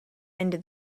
into